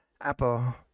Apple